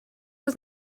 was